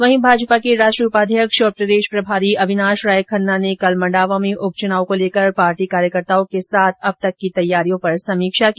वहीं भाजपा के राष्ट्रीय उपाध्यक्ष और प्रदेश प्रभारी अविनाश राय खन्ना ने कल मंडावा में उप चुनाव को लेकर पार्टी कार्यकर्ताओं के साथ अब तक की तैयारियों पर समीक्षा की